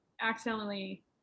accidentally